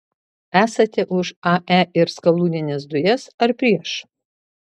esate už ae ir skalūnines dujas ar prieš